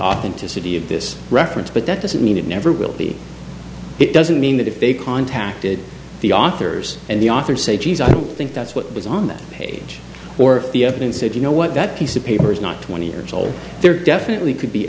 authenticity of this reference but that doesn't mean it never will be it doesn't mean that if they contacted the authors and the authors say geez i don't think that's what was on that page or the evidence if you know what that piece of paper is not twenty years old there are definitely could be